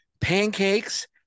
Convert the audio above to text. pancakes